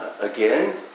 Again